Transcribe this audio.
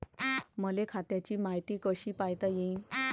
मले खात्याची मायती कशी पायता येईन?